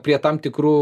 prie tam tikrų